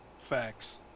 Facts